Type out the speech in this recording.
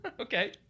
Okay